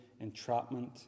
entrapment